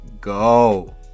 go